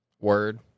Word